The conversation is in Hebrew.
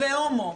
הומו,